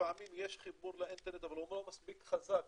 לפעמים יש חיבור לאינטרנט, אבל הוא לא מספיק חזק